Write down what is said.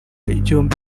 igihumbi